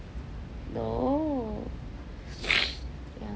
no